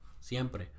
Siempre